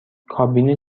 کابین